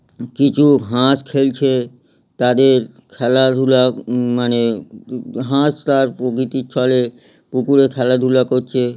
কিছু হাঁস খেলছে তাদের খেলাধুলা মানে হাঁস তার প্রকৃতির ছলে পুকুরে খেলাধুলা করছে